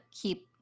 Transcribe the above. keep